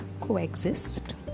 coexist